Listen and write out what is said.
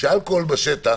כשאלכוהול בשטח,